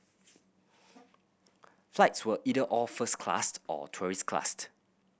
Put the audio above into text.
flights were either all first class or tourist class